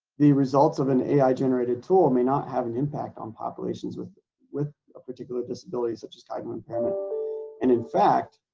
the results of an ai generated tool may not have an impact on populations with with a particular disability such as cognitive kind of impairment and in fact